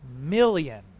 million